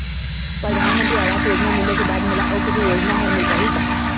परधानमंतरी आवास योजना मिले के बाद मोला अऊ कुछू योजना हर मिल पाही का?